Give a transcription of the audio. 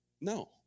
No